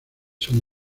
son